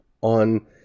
on